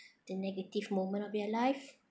the negative moment of their life